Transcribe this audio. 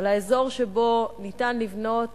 על האזור שבו ניתן לבנות